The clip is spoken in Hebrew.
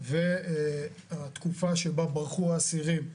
והתקופה שבה ברחו האסירים,